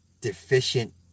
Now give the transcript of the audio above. deficient